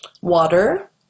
water